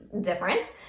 different